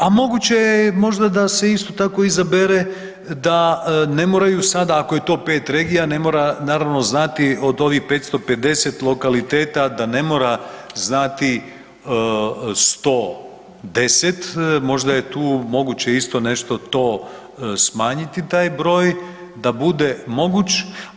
A moguće je možda da se isto tako izabere da ne moraju sada, ako je to 5 regija ne mora naravno znati od ovih 550 lokaliteta da ne mora znati 110 možda je tu moguće isto nešto to smanjiti taj broj da bude moguć.